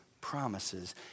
promises